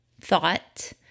thought